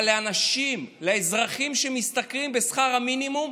אבל לאנשים, לאזרחים שמשתכרים שכר המינימום,